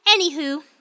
Anywho